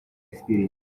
experience